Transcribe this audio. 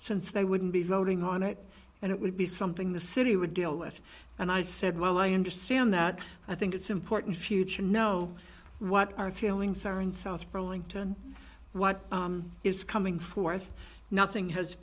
since they wouldn't be voting on it and it would be something the city would deal with and i said well i understand that i think it's important future know what our feelings are in south burlington what is coming for us nothing has